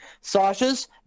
Sasha's